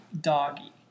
doggy